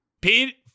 Pete